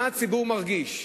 מה הציבור מרגיש?